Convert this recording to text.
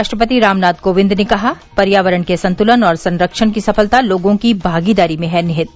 राष्ट्रपति रामनाथ कोविंद ने कहा पर्यावरण के संतुलन और संख्यण की सफलता लोगों की भागीदारी में है निहित